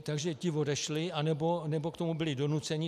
Takže ti odešli, anebo k tomu byli donuceni.